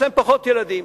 יש להם פחות ילדים.